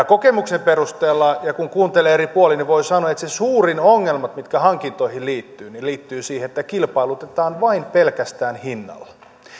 kokemuksen perusteella ja kun kuuntelee eri puolin niin voi sanoa että se suurin ongelma mikä hankintoihin liittyy liittyy siihen että kilpailutetaan vain pelkästään hinnalla